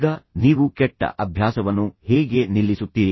ಈಗ ನೀವು ಕೆಟ್ಟ ಅಭ್ಯಾಸವನ್ನು ಹೇಗೆ ನಿಲ್ಲಿಸುತ್ತೀರಿ